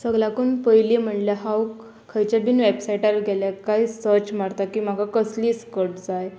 सगल्याकून पयलीं म्हणल्यार हांव खंयच्या बीन वेबसायटार गेल्यार कांय सर्च मारता की म्हाका कसली स्कट जाय